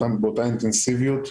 באותה אינטנסיביות.